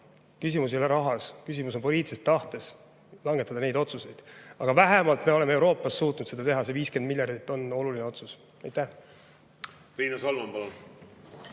küsimus ei ole rahas, vaid küsimus on poliitilises tahtes langetada otsuseid. Aga vähemalt oleme me Euroopas suutnud seda teha, see 50 miljardit on oluline otsus. Riina